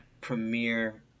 premiere